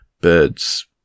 birds